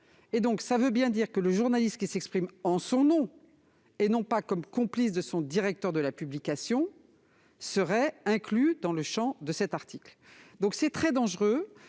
En d'autres termes, le journaliste qui s'exprime en son nom, et non pas comme complice de son directeur de la publication, serait inclus dans le champ de cet article. C'est très dangereux.